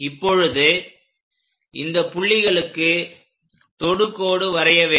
இப்பொழுது இந்தப் புள்ளிகளுக்கு தொடுகோடு வரைய வேண்டும்